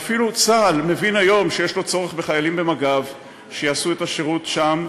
ואפילו צה"ל מבין היום שיש לו צורך בחיילים במג"ב שיעשו את השירות שם,